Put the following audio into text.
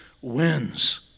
wins